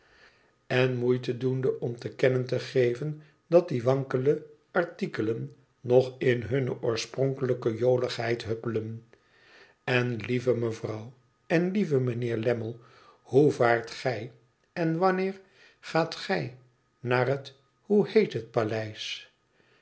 en moeite doende om te kennen te geven dat die wankele artikelen nog in hunne oorspronkelijke joligheid huppelen n lieve mevrouw en lieve meneer lammie hoe vaart gij en wanneer gaat gij naar het hoe heet het paleis